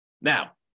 Now